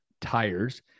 tires